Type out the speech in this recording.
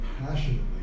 passionately